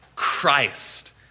Christ